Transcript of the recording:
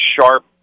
sharp